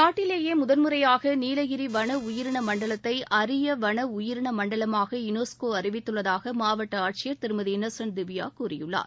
நாட்டிலேயே முதல் முறையாக நீலகிரி வன உயிரின மண்டலத்தை அரிய வன உயிரின மண்டலமாக யுனெஸ்கோ அறிவித்துள்ளதாக மாவட்ட ஆட்சியர் திருமதி இன்னசென்ட் திவ்யா கூறியிருக்கிறார்